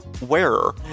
wearer